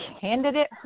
candidate